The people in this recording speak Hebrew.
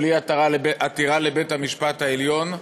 בלי עתירה לבית-המשפט העליון,